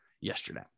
yesterday